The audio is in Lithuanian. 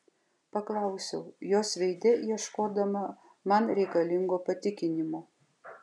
paklausiau jos veide ieškodama man reikalingo patikinimo